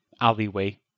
alleyway